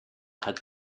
hat